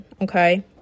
Okay